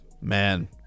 Man